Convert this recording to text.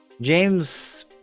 James